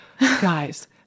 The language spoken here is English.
guys